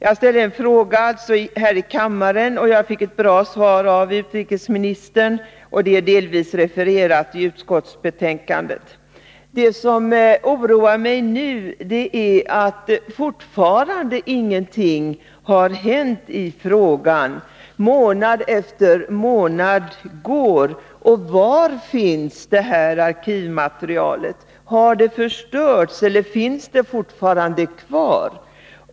Jag ställde en fråga här i kammaren, och jag fick ett bra svar av utrikesministern. Det är delvis refererat i utskottsbetänkandet. Det som oroar mig nu är att fortfarande ingenting har hänt i frågan, och månad efter månad går. Var finns detta arkivmaterial? Har det förstörts eller finns det fortfarande kvar?